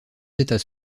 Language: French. états